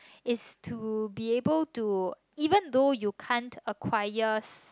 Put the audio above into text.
is to be able to even though you can't acquires